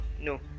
No